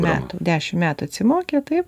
metų dešimt metų atsimokę taip